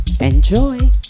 enjoy